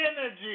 energy